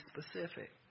specific